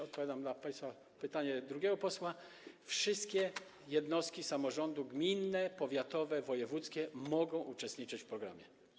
Odpowiadam na pytanie drugiego posła: wszystkie jednostki samorządu - gminne, powiatowe, wojewódzkie - mogą uczestniczyć w programie.